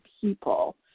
people